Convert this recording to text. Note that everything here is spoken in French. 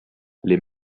les